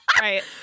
Right